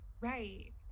right